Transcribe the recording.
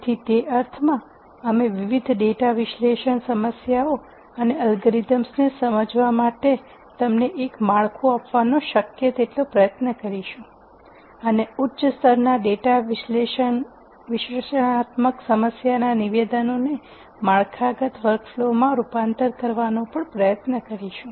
તેથી તે અર્થમાં અમે વિવિધ ડેટા વિશ્લેષણ સમસ્યાઓ અને એલ્ગોરિધમ્સને સમજવા માટે તમને એક માળખું આપવાનો શક્ય પ્રયત્ન કરીશું અને ઉચ્ચ સ્તરના ડેટા વિશ્લેષણાત્મક સમસ્યાના નિવેદનોને માળખાગત વર્કફ્લો માં રૂપાંતર કરવાનો શક્ય તેટલો પ્રયત્ન કરીશું